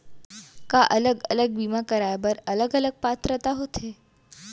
का अलग अलग बीमा कराय बर अलग अलग पात्रता होथे?